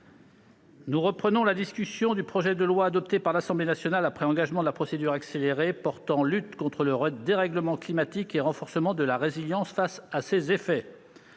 Nous reprenons la discussion du projet de loi, adopté par l'Assemblée nationale après engagement de la procédure accélérée, portant lutte contre le dérèglement climatique et renforcement de la résilience face à ses effets.